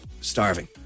starving